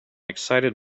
excited